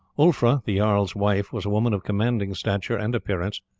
ulfra, the jarl's wife, was a woman of commanding stature and appearance.